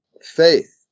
faith